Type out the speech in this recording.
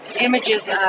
images